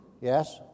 Yes